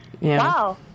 wow